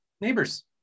neighbors